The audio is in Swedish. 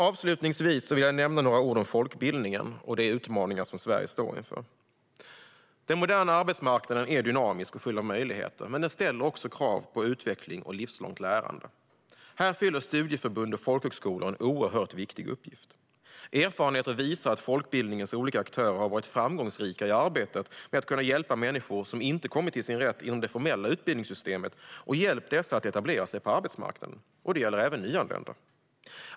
Avslutningsvis vill jag nämna några ord om folkbildningen och de utmaningar Sverige står inför. Den moderna arbetsmarknaden är dynamisk och full av möjligheter, men den ställer också krav på utveckling och livslångt lärande. Här fyller studieförbund och folkhögskolor en oerhört viktig uppgift. Erfarenheter visar att folkbildningens olika aktörer har varit framgångsrika i arbetet med att hjälpa människor som inte kommit till sin rätt inom det formella utbildningssystemet att etablera sig på arbetsmarknaden. Detta gäller även nyanlända.